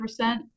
100%